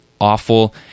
awful